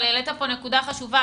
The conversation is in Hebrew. העלית פה נקודה חשובה.